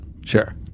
sure